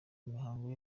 mihango